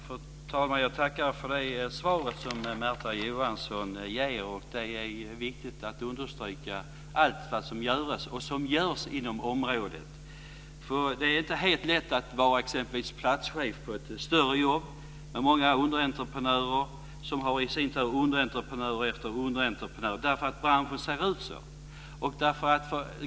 Fru talman! Jag tackar för svaret från Märta Johansson. Det är viktigt att understryka allt som görs inom området. Det är inte helt lätt att vara platschef för ett större jobb med många underentreprenörer, som i sin tur har underentreprenörer efter underentreprenörer - därför att branschen ser ut så.